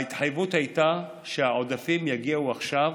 ההתחייבות הייתה שהעודפים יגיעו עכשיו,